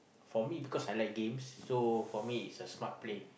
for me because I like games so for me it's a Smart Play